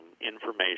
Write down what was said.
information